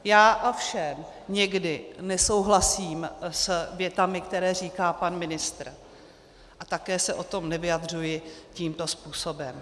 Já ovšem někdy nesouhlasím s větami, které říká pan ministr, a také se o tom nevyjadřuji tímto způsobem.